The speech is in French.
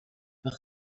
par